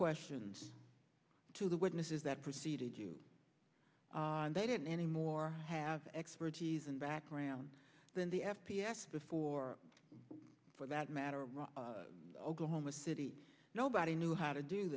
questions to the witnesses that preceded you and they didn't any more have expertise and background than the f p s before for that matter oklahoma city nobody knew how to do